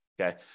Okay